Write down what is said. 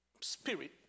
spirit